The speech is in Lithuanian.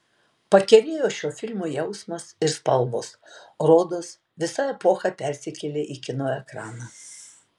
pakerėjo šio filmo jausmas ir spalvos rodos visa epocha persikėlė į kino ekraną